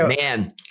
man